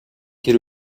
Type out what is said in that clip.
тэр